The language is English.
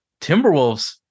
Timberwolves